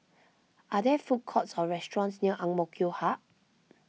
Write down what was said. are there food courts or restaurants near Ang Mo Kio Hub